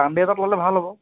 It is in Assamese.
ছানডে' এটাত ল'লে ভাল হ'ব